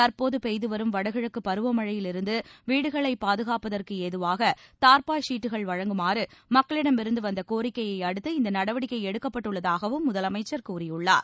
தற்போது பெய்துவரும் வடகிழக்கு பருவமழையிலிருந்து வீடுகளை பாதுகாப்பதற்கு ஏதுவாக தார்பாய் வீட் கள் வழங்குமாறு மக்களிடமிருந்து வந்த கோரிக்கையை அடுத்து இந்த நடவடிக்கை எடுக்கப்பட்டுள்ளதாகவும் முதலமைச்சர் கூறியுள்ளார்